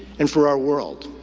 and for our world.